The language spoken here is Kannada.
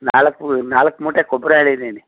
ನಾಲ್ಕು ನಾಲ್ಕು ಮೂಟೆ ಗೊಬ್ಬರ ಹೇಳಿದ್ದೀನಿ